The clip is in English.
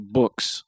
books